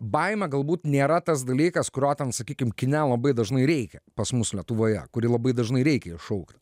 baimė galbūt nėra tas dalykas kurio ten sakykim kine labai dažnai reikia pas mus lietuvoje kurį labai dažnai reikia iššaukti